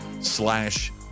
slash